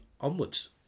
onwards